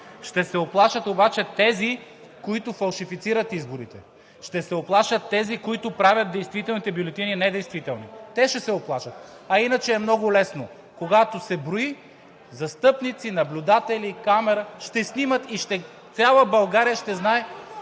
ще се уплашат обаче тези, които фалшифицират изборите. Ще се уплашат тези, които правят действителните бюлетини недействителни, те ще се уплашат. А иначе е много лесно. Когато се брои застъпници, наблюдатели, камера ще снимат и цяла България ще знае,